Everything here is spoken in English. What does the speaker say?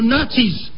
Nazis